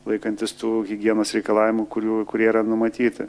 laikantis tų higienos reikalavimų kurių kurie yra numatyti